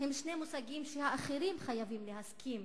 הם שני מושגים שהאחרים חייבים להסכים